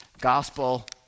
gospel